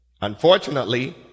Unfortunately